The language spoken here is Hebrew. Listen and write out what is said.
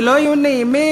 שלא יהיו נעימים.